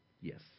Yes